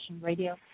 Radio